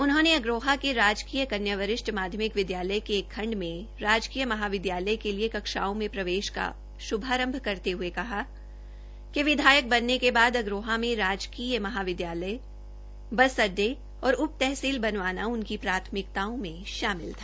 उन्होंने अग्रोहा के राजकीय कन्या वरिष्ठ माध्यमिक विद्यालय के एक खण्ड में राजकीय महाविद्यालय के एक खण्ड में राजकीय महाविद्यालय के लिए कक्षाओं में प्रवेश का शुभारंभ करते हए कहा कि विधायक बनने के बाद अग्रोहा में राजकीय महाविद्यालय बस अडडे और उप तहसील बनवाना उनकी प्राथमिकताओं में शामिल था